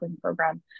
program